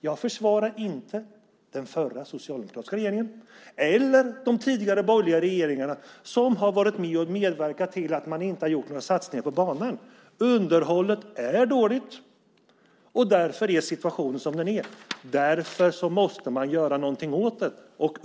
Jag försvarar inte den förra socialdemokratiska regeringen eller de tidigare borgerliga regeringarna som har varit med och medverkat till att man inte har gjort några satsningar på banan. Underhållet är dåligt, och därför är situationen som den är. Därför måste man göra någonting åt det.